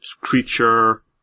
creature